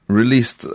released